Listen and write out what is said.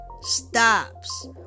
stops